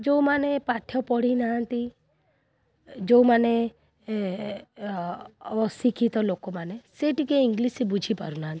ଯେଉଁମାନେ ପାଠ ପଢ଼ିନାହାନ୍ତି ଯେଉଁମାନେ ଏ ଅ ଅଶିକ୍ଷିତ ଲୋକମାନେ ସେ ଟିକେ ଇଂଲିଶ୍ ବୁଝିପାରୁନାହାନ୍ତି